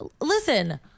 listen